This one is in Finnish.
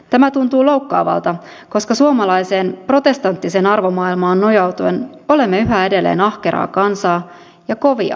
tämä tuntuu loukkaavalta koska suomalaiseen protestanttiseen arvomaailmaan nojautuen olemme yhä edelleen ahkeraa kansaa ja kovia tekemään töitä